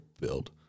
build